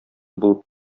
булып